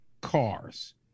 cars